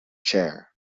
chair